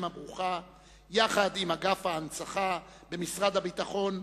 הברוכה עם אגף ההנצחה במשרד הביטחון,